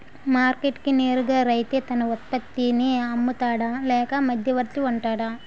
Market కి నేరుగా రైతే తన ఉత్పత్తి నీ అమ్ముతాడ లేక మధ్యవర్తి వుంటాడా?